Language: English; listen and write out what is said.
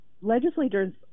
legislators